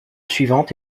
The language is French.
suivante